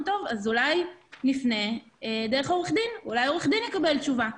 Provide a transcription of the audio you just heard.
שאולי נפנה דרך עורך דין ואולי עורך הדין יקבל תשובה.